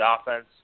offense